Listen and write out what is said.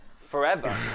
forever